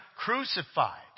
crucified